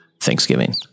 Thanksgiving